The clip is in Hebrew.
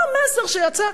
מה המסר שיצא?